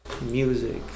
Music